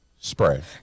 spray